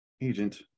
agent